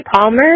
Palmer